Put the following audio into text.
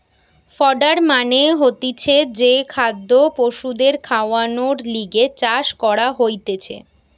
fodder মানে হতিছে যে খাদ্য পশুদের খাওয়ানর লিগে চাষ করা হতিছে